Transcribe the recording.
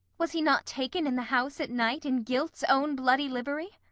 was he not taken in the house at night in guilt's own bloody livery?